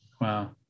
wow